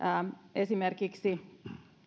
esimerkiksi